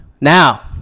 now